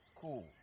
Cool